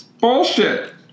Bullshit